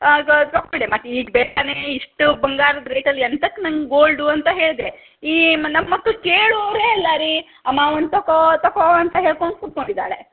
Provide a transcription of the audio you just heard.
ತೊಕೊಂಡೆ ಮತ್ತು ಈಗ ಬೇಡವೇ ಇಷ್ಟು ಬಂಗಾರದ ರೇಟಲ್ಲಿ ಎಂತಕ್ಕೆ ನಂಗೆ ಗೋಲ್ಡು ಅಂತ ಹೇಳ್ದೆ ಈ ನಮ್ಮ ಮಕ್ಕಳು ಕೇಳುವವರೇ ಅಲ್ಲ ರೀ ಅಮ್ಮಾ ಒಂದು ತಕೋ ತಕೋ ಅಂತ ಹೇಳ್ಕೊಂಡು ಕುತ್ಕೊಂಡಿದ್ದಾಳೆ